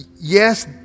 yes